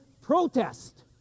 protest